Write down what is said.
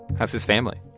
how's his family?